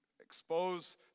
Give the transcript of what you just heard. expose